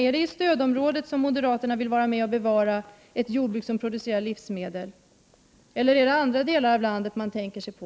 Är det i stödområdet som moderaterna vill vara med och bevara ett jordbruk som producerar livsmedel? Eller vilka andra delar av landet tänker man på?